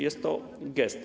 Jest to gest.